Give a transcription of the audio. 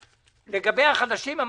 --- לגבי הפרויקטים החדשים,